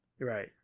Right